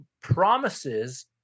promises